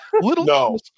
little